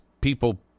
people